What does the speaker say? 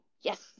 yes